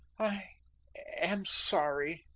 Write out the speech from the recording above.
i am sorry,